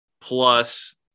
plus